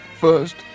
First